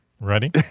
Ready